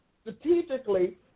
strategically